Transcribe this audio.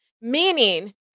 meaning